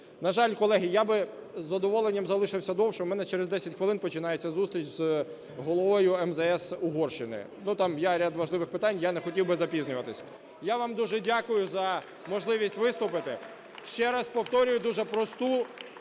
На жаль, колеги, я би з задоволенням залишився довше, в мене через 10 хвилин починається зустріч з головою МЗС Угорщини, там є ряд важливих питань, я не хотів би запізнюватися. Я вам дуже дякую за можливість виступити. Ще раз повторюю, дуже просту,